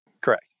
Correct